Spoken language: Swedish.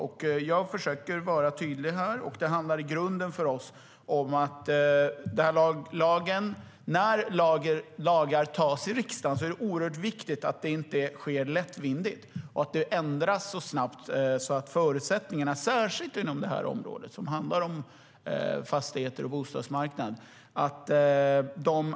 Även jag försöker vara tydlig. När lagar antas i riksdagen är det oerhört viktigt att det inte sker lättvindigt och att inte förutsättningarna ändras snabbt. I det här fallet handlar det om fastigheter och bostadsmarknad.